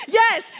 yes